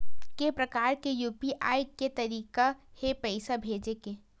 के प्रकार के यू.पी.आई के तरीका हे पईसा भेजे के?